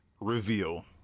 reveal